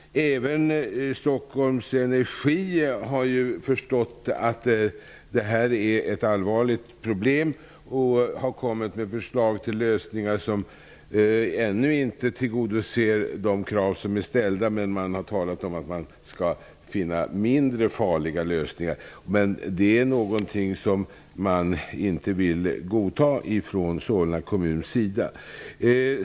Även inom Stockholms Energi AB har man förstått att detta är ett allvarligt problem. Man har också kommit med förslag till lösningar som ännu inte tillgodoser de krav som är ställda. Det har dock talats om att man skall finna mindre farliga lösningar. Men det vill man inte godta från Solna kommuns sida.